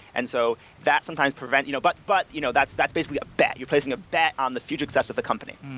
and so that sometimes prevent you know but but you know that's that's basically a bet. you're placing a bet on the future success of the company,